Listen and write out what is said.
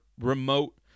remote